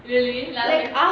really